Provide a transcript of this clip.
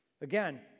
Again